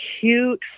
cute